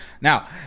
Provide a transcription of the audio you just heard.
Now